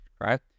right